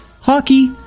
hockey